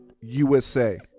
USA